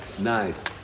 Nice